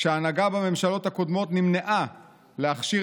ההנהגה בממשלות הקודמות נמנעה מלהכשיר